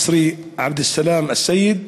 מסרי עבד אלסלאם אלסייד,